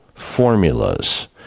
formulas